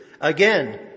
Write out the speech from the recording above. Again